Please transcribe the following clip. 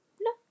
No